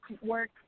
work